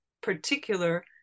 particular